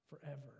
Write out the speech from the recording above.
forever